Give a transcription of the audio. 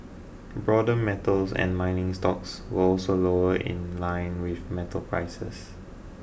broader metals and mining stocks were also lower in line with metal prices